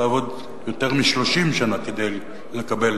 תעבוד יותר מ-30 שנה כדי לקבל